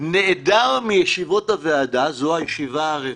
נעדר מישיבות הוועדה, זאת הישיבה הרביעית,